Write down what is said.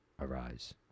Arise